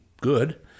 good